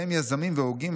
ובהם יזמים והוגים,